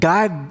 God